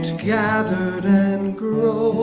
gathered and grown,